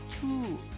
two